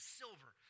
silver